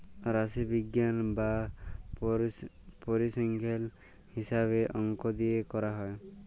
রাশিবিজ্ঞাল বা পরিসংখ্যাল হিছাবে অংক দিয়ে ক্যরা হ্যয়